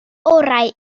orau